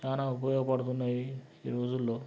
చాలా ఉపయోగపడుతున్నాయి ఈరోజుల్లో